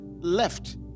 left